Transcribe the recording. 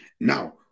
Now